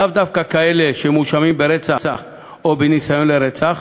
לאו דווקא כאלה שמואשמים ברצח או בניסיון לרצח,